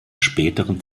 späteren